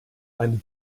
eine